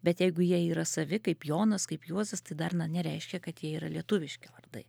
bet jeigu jie yra savi kaip jonas kaip juozas tai dar na nereiškia kad jie yra lietuviški vardai